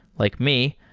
like me,